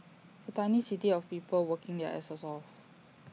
A tiny city of people working their asses off